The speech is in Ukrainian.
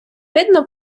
видно